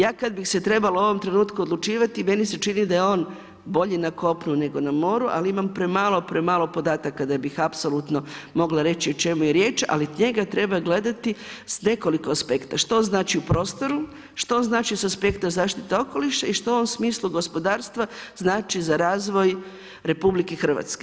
Ja kada bih se trebala u ovom trenutku odlučivati meni se čini da je on bolji na kopnu nego na moru, ali imam premalo, premalo podataka da bih apsolutno mogla reći o čemu je riječ, ali njega treba gledati s nekoliko aspekata, što znači u prostoru, što znači sa aspekta zaštite okoliša i što on u onom smislu gospodarstva znači za razvoj RH.